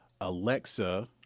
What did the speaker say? Alexa